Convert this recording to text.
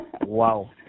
Wow